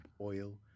oil